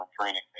training